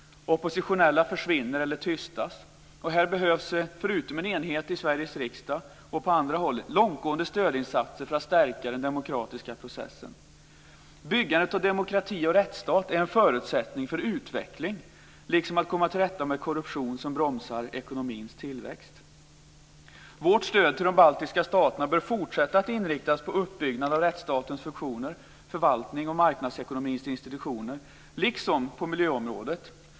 Oppositionella försvinner eller tystas. Här behövs det, förutom en enighet i Sveriges riksdag och på andra håll, långtgående stödinsatser för att stärka den demokratiska processen. Byggandet av demokrati och rättsstat är en förutsättning för utveckling, liksom att komma till rätta med korruption som bromsar ekonomins tillväxt. Vårt stöd till de baltiska staterna bör fortsätta att inriktas på uppbyggnad av rättsstatens funktioner, förvaltning och marknadsekonomins institutioner, liksom på miljöområdet.